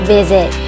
Visit